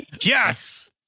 Yes